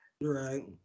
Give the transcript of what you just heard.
Right